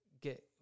Get